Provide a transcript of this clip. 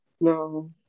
No